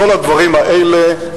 כתוצאה מכל הדברים האלה,